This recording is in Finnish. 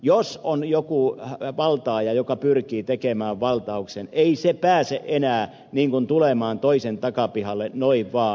jos on joku valtaaja joka pyrkii tekemään valtauksen ei se pääse enää tulemaan toisen takapihalle noin vaan